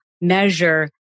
measure